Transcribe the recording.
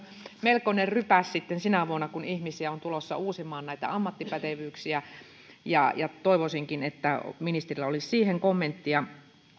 melkoinen rypäs sitten sinä vuonna kun ihmisiä on tulossa uusimaan näitä ammattipätevyyksiä toivoisinkin että ministerillä olisi siihen kommenttia